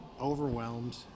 overwhelmed